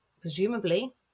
presumably